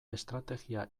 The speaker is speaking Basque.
estrategia